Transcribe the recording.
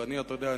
ואתה יודע,